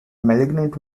malignant